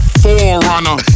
forerunner